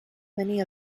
many